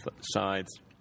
sides